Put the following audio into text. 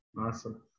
Awesome